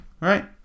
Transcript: right